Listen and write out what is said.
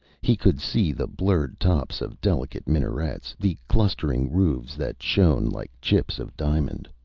he could see the blurred tops of delicate minarets, the clustering roofs that shone like chips of diamond.